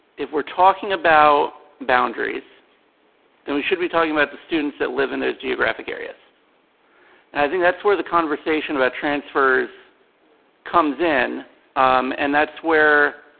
if we're talking about boundaries then we should be talking about the students that live in those geographic areas and i think that's where the conversation about transfers comes in um and that's where